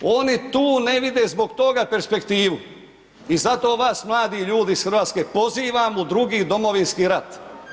Oni tu ne vide zbog toga perspektivu i zato vas, mladi ljudi iz Hrvatske pozivam u drugi Domovinski rat.